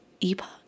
epoch